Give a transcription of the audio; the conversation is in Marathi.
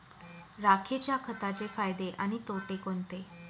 राखेच्या खताचे फायदे आणि तोटे कोणते?